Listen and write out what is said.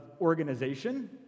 organization